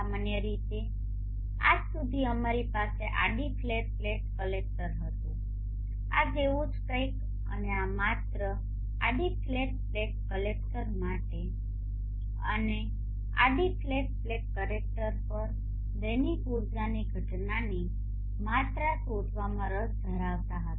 સામાન્ય રીતે આજ સુધી અમારી પાસે આડી ફ્લેટ પ્લેટ કલેક્ટર હતું આ જેવું જ કંઈક અને આ આડી ફ્લેટ પ્લેટ કલેક્ટર માટે અમે આડી ફ્લેટ પ્લેટ કલેક્ટર પર દૈનિક ઉર્જાની ઘટનાની માત્રા શોધવામાં રસ ધરાવતા હતા